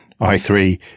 i3